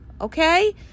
okay